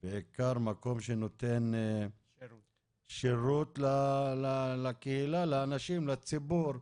בעיקר מקום שנותן שירות לקהילה, לאנשים ולציבור,